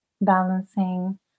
balancing